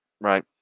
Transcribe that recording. Right